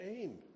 aim